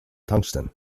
tungsten